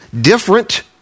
different